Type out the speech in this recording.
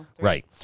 Right